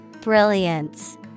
Brilliance